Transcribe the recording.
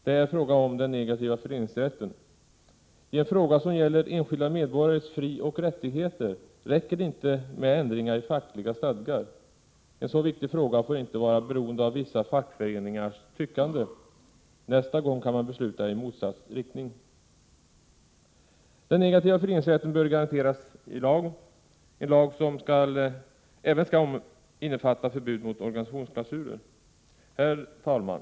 Det är fråga om den negativa föreningsrätten. I en fråga som gäller enskilda medborgares frioch rättigheter räcker det inte med ändringar i fackliga stadgar. En så viktig fråga får inte vara beroende av vissa fackföreningars tyckande. Nästa gång kan beslutet gå i motsatt riktning. Den negativa föreningsrätten bör garanteras i lagen — en lag som även skall innefatta förbud mot organisationsklausuler. Herr talman!